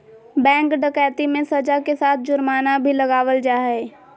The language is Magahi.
बैंक डकैती मे सज़ा के साथ जुर्माना भी लगावल जा हय